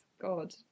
God